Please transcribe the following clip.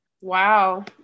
Wow